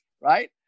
right